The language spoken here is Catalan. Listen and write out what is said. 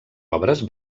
obres